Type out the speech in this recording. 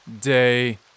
Day